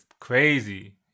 crazy